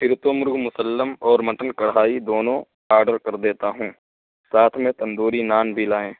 پھر تو مرغ مسلم اور مٹن کڑھائی دونوں آڈر کر دیتا ہوں ساتھ میں تندوری نان بھی لائیں